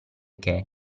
che